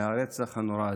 מהרצח הנורא הזה.